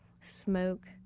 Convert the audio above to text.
smoke